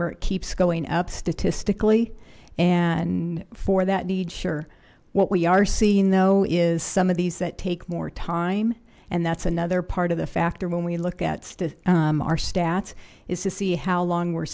where it keeps going up statistically and for that needs sure what we are seeing though is some of these that take more time and that's another part of the factor when we look at our stats is to see how long we're